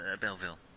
Belleville